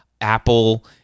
Apple